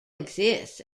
exists